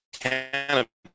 cannabis